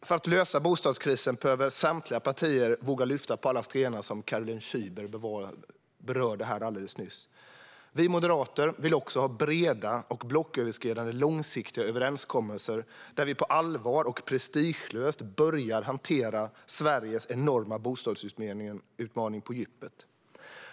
För att lösa bostadskrisen behöver samtliga partier våga lyfta på alla stenar, som Caroline Szyber var inne på nyss. Vi moderater vill ha breda och blocköverskridande långsiktiga överenskommelser där vi på allvar och prestigelöst börjar hantera Sveriges enorma bostadsutmaning på djupet.